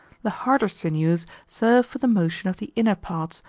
the harder sinews serve for the motion of the inner parts,